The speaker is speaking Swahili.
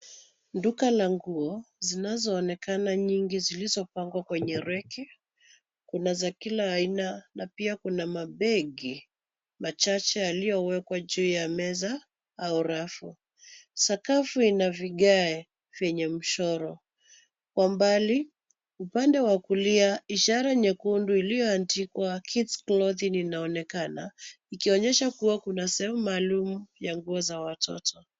Duka la nguo, zinazoonekana nyingi zilizopangwa kwenye reki. Kuna za kila aina na pia kuna mabegi machache yaliyowekwa juu ya meza au rafu. Sakafu ina vigae vyenye michoro. Kwa mbali, upande wa kulia ishara nyekundu iliyoandikwa Kids Clothing inaonekana, ikionyesha kuwa kuna sehemu maalum ya nguo za watoto.